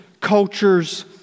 cultures